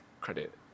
credit